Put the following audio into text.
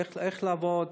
איך לעבוד?